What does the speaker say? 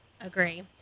Agree